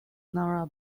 nara